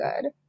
good